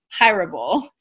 hireable